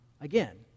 again